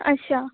अच्छा